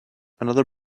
another